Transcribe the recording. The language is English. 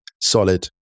solid